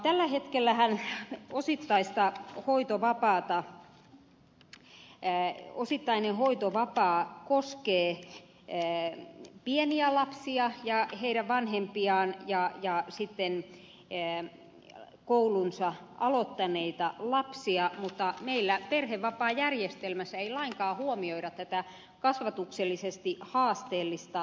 tällä hetkellähän osittainen hoitovapaa koskee pieniä lapsia ja heidän vanhempiaan ja sitten koulunsa aloittaneita lapsia mutta meillä perhevapaajärjestelmässä ei lainkaan huomioida tätä kasvatuksellisesti haasteellista murrosikää